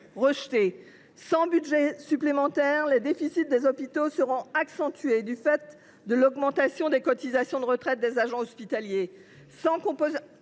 rejetées. Sans crédits supplémentaires, les déficits des hôpitaux seront accentués du fait de l’augmentation des cotisations de retraite des agents hospitaliers. Sans